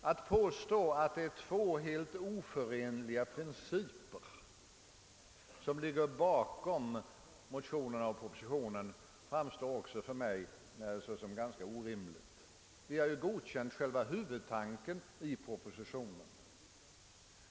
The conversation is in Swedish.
Att påstå att det är två helt oförenliga principer som ligger bakom motionerna och propositionen framstår för mig såsom ganska orimligt. Vi på vårt håll har ju godkänt själva huvudtanken i propositionen.